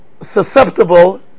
susceptible